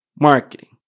marketing